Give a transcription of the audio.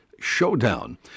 showdown